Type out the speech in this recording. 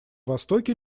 востоке